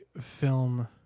film